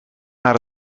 naar